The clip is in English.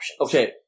Okay